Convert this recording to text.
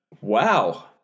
Wow